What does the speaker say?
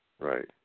right